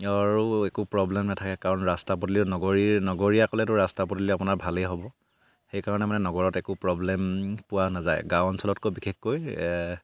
আৰু একো প্ৰব্লেম নাথাকে কাৰণ ৰাস্তা পদূলিও নগৰী নগৰীয়া কলেতো ৰাস্তা পদূলি আপোনাৰ ভালেই হ'ব সেইকাৰণে মানে নগৰত একো প্ৰব্লেম পোৱা নাযায় গাঁও অঞ্চলতকৈ বিশেষকৈ